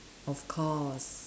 of course